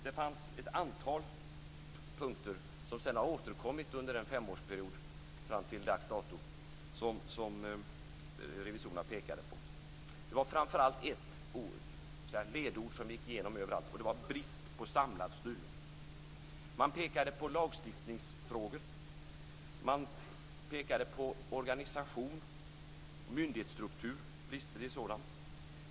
Det fanns ett antal punkter som revisorerna pekade på som sedan har återkommit under en femårsperiod fram till dags dato. Det var framför allt ett ledord som gick igen överallt. Det var brist på samlad styrning. Man pekade på lagstiftningsfrågor. Man pekade på brister i organisation och myndighetsstruktur.